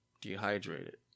dehydrated